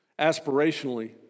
aspirationally